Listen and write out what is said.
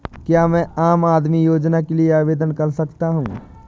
क्या मैं आम आदमी योजना के लिए आवेदन कर सकता हूँ?